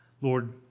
Lord